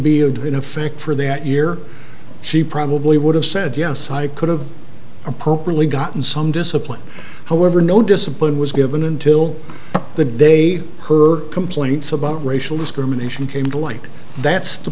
given effect for that year she probably would have said yes i could have appropriately gotten some discipline however no discipline was given until the day her complaints about racial discrimination came to light that's the